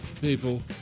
People